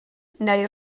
neu